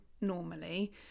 normally